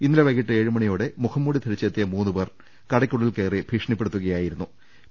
ഇന്നലെ വൈകിട്ട് ഏഴുമണിയോടെ മുഖംമൂടി ധരിച്ചെത്തിയ മൂന്നു പേർ കടയ്ക്കുള്ളിൽ കയറി ഭീഷണിപ്പെടുത്തുകയായിരു ന്നു